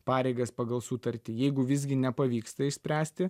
pareigas pagal sutartį jeigu visgi nepavyksta išspręsti